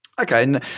Okay